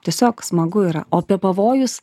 tiesiog smagu yra o apie pavojus